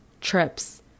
trips